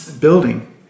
building